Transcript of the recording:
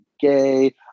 gay